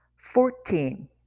fourteen